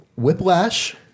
whiplash